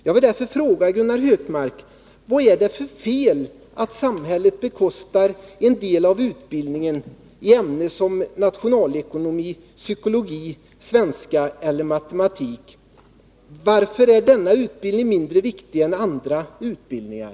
Jag vill därför fråga Gunnar Hökmark: Vad är det för fel i att samhället bekostar en del av utbildningen i ämnen som nationalekonomi, psykologi, svenska och matematik? Varför är denna utbildning mindre viktig än andra utbildningar?